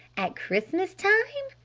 at christmas time?